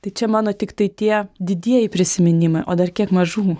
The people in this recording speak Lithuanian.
tai čia mano tiktai tie didieji prisiminimai o dar kiek mažų